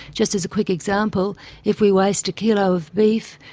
just as a quick example if we waste a kilo of beef,